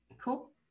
Cool